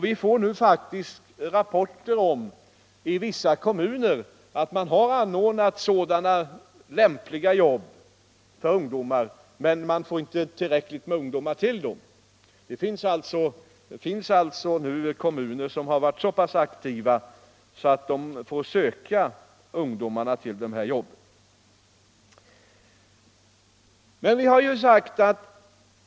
Vi får nu rapporter om att man i vissa kommuner har anordnat sådana lämpliga jobb för ungdomar men inte fått tillräckligt med ungdomar till dem. Det finns alltså kommuner som varit så aktiva att de får söka efter ungdomar till dessa jobb.